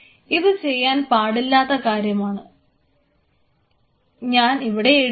ഞാൻ ചെയ്യാൻ പാടില്ലാത്ത കാര്യമാണ് ഇവിടെ എഴുതുന്നത്